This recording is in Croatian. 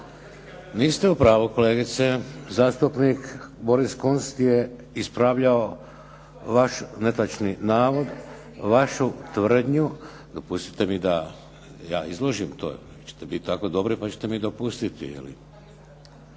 Niste u pravu kolegice. Zastupnik Boris Kunst je ispravljao vaš netočni navod, vašu tvrdnju, dopustite mi da ja izložim to, ako ćete biti tako dobri pa ćete mi dopustiti.